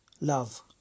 Love